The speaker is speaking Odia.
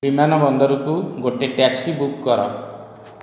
ବିମାନ ବନ୍ଦରକୁ ଗୋଟିଏ ଟ୍ୟାକ୍ସି ବୁକ୍ କର